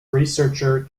researcher